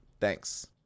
Thanks